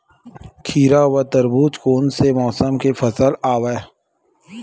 खीरा व तरबुज कोन से मौसम के फसल आवेय?